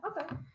okay